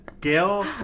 Gail